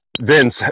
Vince